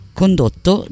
condotto